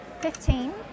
Fifteen